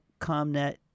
ComNet